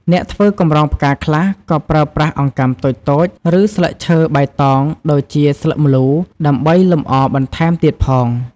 អ្នកធ្វើកម្រងផ្កាខ្លះ ក៏ប្រើប្រាស់អង្កាំតូចៗ ឬស្លឹកឈើបៃតងដូចជាស្លឹកម្លូ ដើម្បីលម្អបន្ថែមទៀតផង។